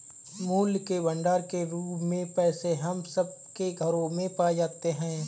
मूल्य के भंडार के रूप में पैसे हम सब के घरों में पाए जाते हैं